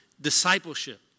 discipleship